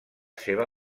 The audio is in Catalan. seva